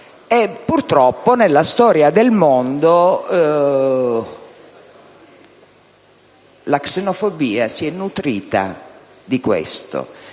purtroppo nella storia del mondo la xenofobia si è nutrita di questo,